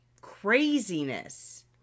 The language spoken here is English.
craziness